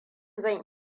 zan